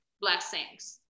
blessings